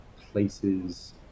places